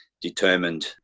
determined